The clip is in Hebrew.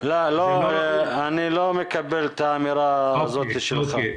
אני לא מקבל את האמירה הזאת שלך.